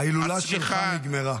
ההילולה שלך נגמרה.